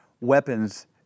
weapons